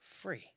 free